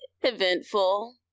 eventful